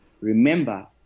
remember